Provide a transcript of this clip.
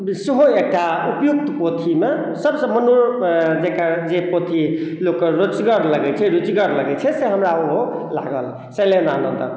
सेहो एकटा उपयुक्त पोथी मे सबसे जेकर जे पोथी लोक के रुचिगर लगै छै रुचिगर लगै छै से हमरा ओ लागल शैलेंद्र आनन्द